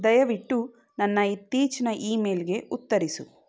ದಯವಿಟ್ಟು ನನ್ನ ಇತ್ತೀಚಿನ ಇಮೇಲ್ಗೆ ಉತ್ತರಿಸು